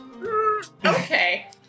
Okay